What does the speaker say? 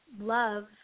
love